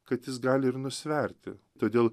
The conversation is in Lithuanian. kad jis gali ir nusverti todėl